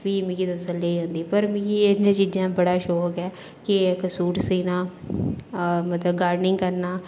फ्ही मिगी तसल्ली होंदी पर मिगी इ'नें चीजें दा बड़ा शौंक ऐ के इक सूट सीना हा मतलब गार्डनिंग करना